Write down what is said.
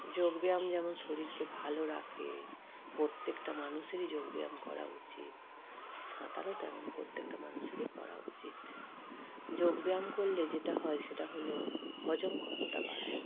যোগব্যায়াম যেমন শরীরকে ভালো রাখে প্রত্যেকটা মানুষেরই যোগব্যায়াম করা উচিত সাঁতারও তেমন প্রত্যেকটা মানুষেরই করা উচিত যোগব্যায়াম করলে যেটা হয় সেটা হলো হজম ক্ষমতা বাড়ায়